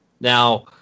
Now